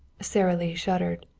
sara lee shuddered.